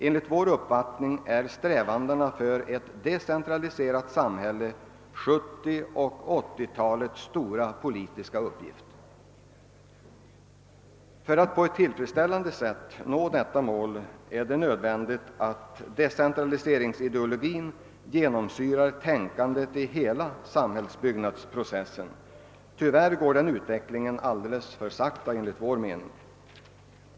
Enligt vår uppfattning är strävandena för ett decentraliserat samhälle 1970—1980-talens stora politiska uppgift. För att på ett tillfredsställande sätt nå detta mål är det nödvändigt att decentraliseringsideologin genomsyrar tänkandet i hela samhällsbyggnadsprocessen. Enligt vår mening går denna utveckling tyvärr alldeles för sakta.